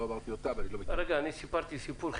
לא אמרתי הם --- סיפרתי סיפור,